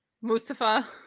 Mustafa